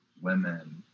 women